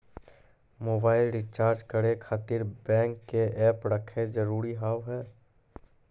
Mobile recharge करे खातिर bank के ऐप रखे जरूरी हाव है?